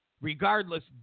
Regardless